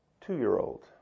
two-year-old